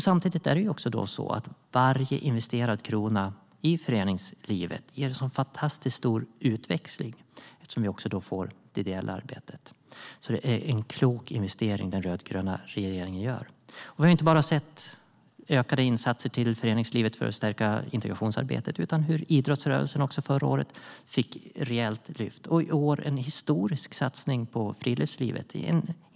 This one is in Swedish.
Samtidigt ger varje krona som investeras i föreningslivet fantastiskt stor utväxling i form av ideellt arbete. Det är alltså en klok investering som den rödgröna regeringen gör. Vi har inte bara sett ökade insatser för att stärka integrationsarbetet i föreningslivet utan också att idrottsrörelsen förra året fick ett rejält lyft. I år görs en historisk satsning på friluftslivet.